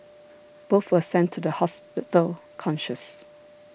both were sent to the hospital conscious